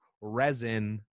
resin